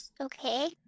Okay